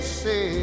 say